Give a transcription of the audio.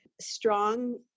strong